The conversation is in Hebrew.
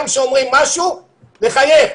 גם כשאומרים משהו לחייך,